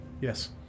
yes